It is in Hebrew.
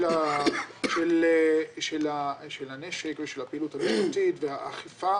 של הנשק ושל הפעילות והאכיפה